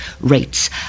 rates